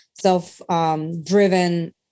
self-driven